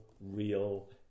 real